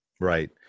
Right